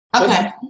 Okay